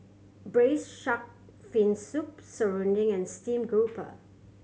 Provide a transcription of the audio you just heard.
Braised Shark Fin Soup Serunding and steamed grouper